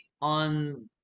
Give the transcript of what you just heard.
on